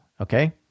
okay